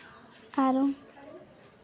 ᱟᱨᱚ